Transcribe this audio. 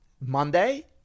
Monday